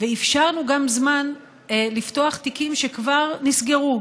ואפשרנו גם זמן לפתוח תיקים שכבר נסגרו,